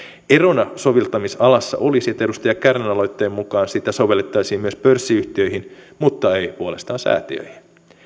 erona soveltamisalassa olisi että edustaja kärnän aloitteen mukaan sitä sovellettaisiin myös pörssiyhtiöihin mutta ei puolestaan säätiöihin